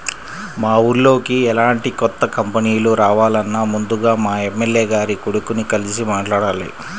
మా ఊర్లోకి ఎలాంటి కొత్త కంపెనీలు రావాలన్నా ముందుగా మా ఎమ్మెల్యే గారి కొడుకుని కలిసి మాట్లాడాలి